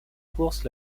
course